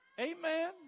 Amen